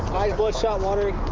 eyes bloodshot, watery.